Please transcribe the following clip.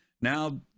Now